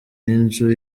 n’inzu